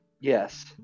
yes